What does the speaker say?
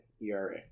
ERA